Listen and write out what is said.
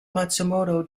matsumoto